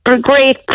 great